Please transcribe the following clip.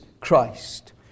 Christ